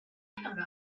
much